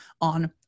on